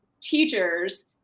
teachers